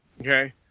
okay